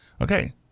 Okay